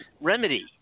remedy